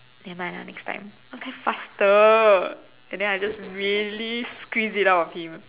never mind lah next time okay faster then I just really squeeze it out of him